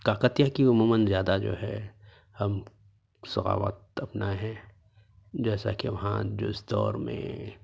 طاقت یہ ہیں کہ عموماََ زیادہ جو ہے ہم سخاوت نہ ہے جیسا کہ وہاں جس دور میں